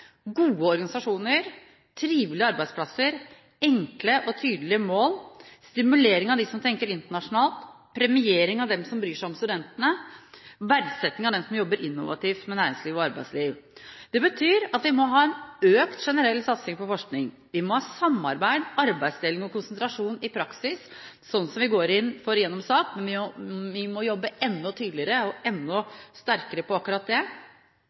gode organisasjoner, trivelige arbeidsplasser, enkle og tydelige mål, stimulering av dem som tenker internasjonalt, premiering av dem som bryr seg om studentene, og verdsetting av dem som jobber innovativt med næringsliv og arbeidsliv. Det betyr at vi må ha en økt generell satsing på forskning. Vi må ha samarbeid, arbeidsdeling og konsentrasjon i praksis – sånn som vi går inn for gjennom SAK. Vi må jobbe enda tydeligere og enda sterkere når det gjelder akkurat det.